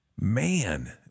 Man